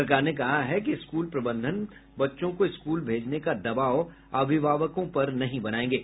सरकार ने कहा है कि स्कूल प्रबंधन बच्चों को स्कूल भेजने का दबाव अभिभावकों पर नहीं बनायेंगे